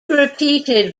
repeated